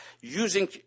Using